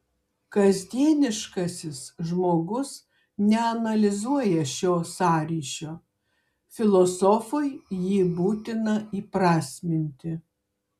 kasdieniškasis žmogus neanalizuoja šio sąryšio filosofui jį būtina įprasminti